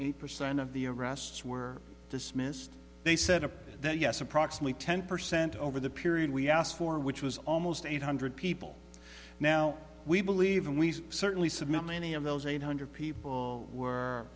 eight percent of the arrests were dismissed they said that yes approximately ten percent over the period we asked for which was almost eight hundred people now we believe and we certainly submit many of those eight hundred people were